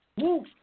Woo